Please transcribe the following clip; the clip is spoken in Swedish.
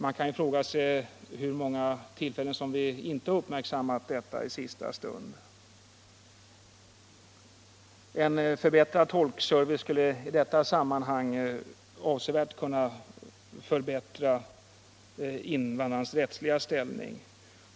Man kan ju fråga sig hur många gånger som detta inte uppmärksammats i sista stund. En förbättrad tolkservice i detta sammanhang skulle avsevärt förbättra invandrarnas rättsliga ställning.